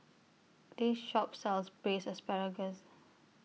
This Shop sells Braised Asparagus